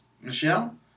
Michelle